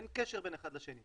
אין קשר בין אחד לשני.